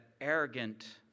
arrogant